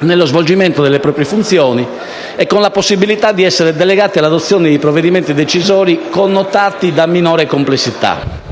nello svolgimento delle proprie funzioni e con la possibilità di essere delegati all'adozione di provvedimenti decisori connotati da minore complessità.